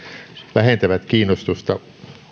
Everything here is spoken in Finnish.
vähentävät kiinnostusta